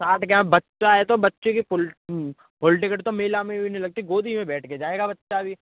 साठ क्या बच्चा है तो बच्चे के फुल फुल टिकट तो मेला में भी नहीं लगती गोदी में बैठ के जाएगा बच्चा भी